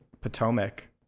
Potomac